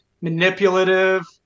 manipulative